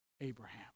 Abraham